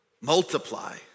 multiply